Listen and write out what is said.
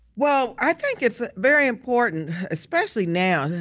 well, i think it's very important, especially now,